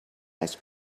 ice